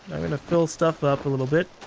i'm going to fill stuff up a little bit.